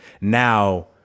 now